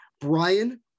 Brian